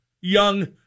young